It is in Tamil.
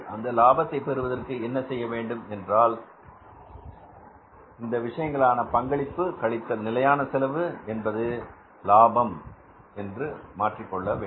அந்த லாபத்தை பெறுவதற்கு என்ன செய்ய வேண்டும் என்றால் இந்த விஷயங்களான பங்களிப்பு கழித்தல் நிலையான செலவு என்பது லாபம் என்று மாற்றிக்கொள்ள வேண்டும்